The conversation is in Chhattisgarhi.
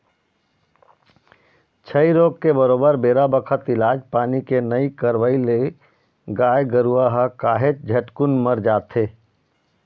छई रोग के बरोबर बेरा बखत इलाज पानी के नइ करवई ले गाय गरुवा ह काहेच झटकुन मर जाथे